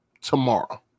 tomorrow